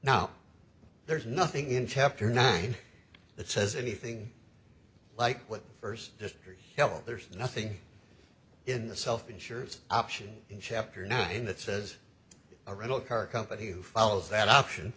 now there's nothing in chapter nine that says anything like what first just well there's nothing in the self insures option in chapter nine that says a rental car company who follows that option